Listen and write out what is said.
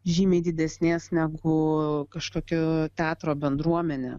žymiai didesnės negu kažkokio teatro bendruomenė